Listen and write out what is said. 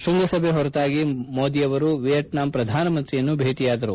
ಶೃಂಗಸಭೆಯ ಹೊರತಾಗಿ ಮೋದಿ ಅವರು ವಿಯೆಟ್ನಾಂ ಪ್ರಧಾನ ಮಂತ್ರಿಯನ್ನು ಭೇಟಿಯಾದರು